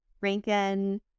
Rankin